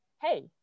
hey